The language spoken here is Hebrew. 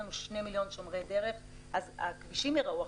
לנו שני מיליון שומרי דרך אז הכבישים ייראו אחרת.